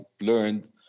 learned